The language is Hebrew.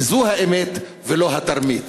וזו האמת ולא התרמית.